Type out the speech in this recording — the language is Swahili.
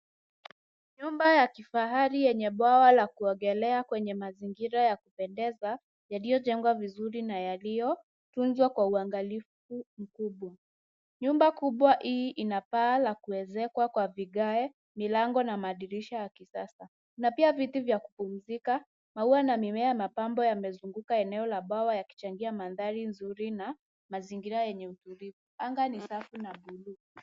Nyumba ya kifahari yenye bwawa la kuogelea kwenye mazingira ya kupendeza yaliyojengwa vizuri na yaliyotunzwa kwa uangalifu mkubwa. Nyumba kubwa hii ina paa la kuezekwa kwa vigae, milango na madirisha ya kisasa. Kuna pia viti vya kupumzika, maua na mimea mapambo yamezunguka eneo la bwawa yakichangia mandhari nzuri na mazingira yenye utulivu. Anga ni safi na blue .